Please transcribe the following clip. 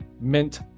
Mint